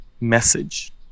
message